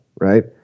right